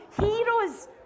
heroes